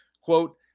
quote